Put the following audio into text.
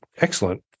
excellent